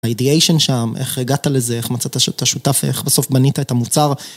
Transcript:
ה-ideation שם, איך הגעת לזה, איך מצאת שם את השותף, איך בסוף בנית את המוצר.